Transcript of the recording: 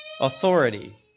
authority